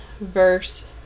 verse